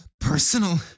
Personal